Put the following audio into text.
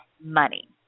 money